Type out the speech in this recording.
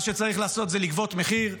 מה שצריך לעשות זה לגבות מחיר.